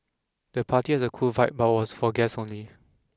the party had a cool vibe but was for guests only